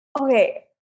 Okay